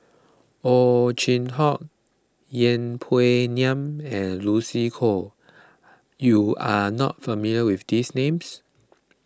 Ow Chin Hock Yeng Pway Ngon and Lucy Koh you are not familiar with these names